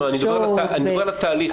אני מדבר על התהליך.